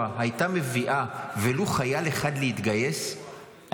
הייתה מביאה ולו חייל אחד להתגייס,